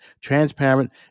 transparent